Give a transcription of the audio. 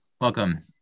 Welcome